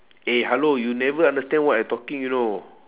eh hello you never understand what I talking you know